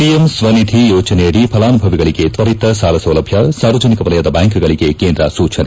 PM Svanidhi ಯೋಜನೆಯಡಿ ಫಲಾನುಭವಿಗಳಿಗೆ ತ್ತರಿತ ಸಾಲಸೌಲಭ್ನ ಸಾರ್ವಜನಿಕ ವಲಯದ ಬ್ನಾಂಕ್ಗಳಿಗೆ ಕೇಂದ್ರ ಸೂಚನೆ